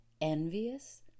envious